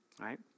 Right